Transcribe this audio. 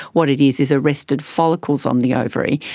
what it is is arrested follicles on the ovary,